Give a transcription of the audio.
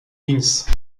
vince